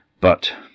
But